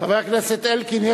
חבר הכנסת אלקין,